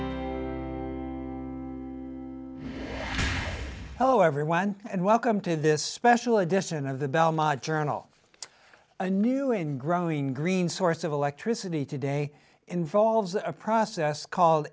hello everyone and welcome to this special edition of the belmont journal a new and growing green source of electricity today involves a process called